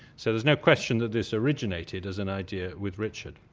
so there's no question that this originated as an idea with richard.